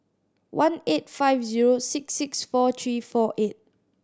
one eight five zero six six four three four eight